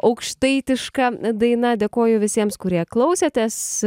aukštaitiška daina dėkoju visiems kurie klausėtės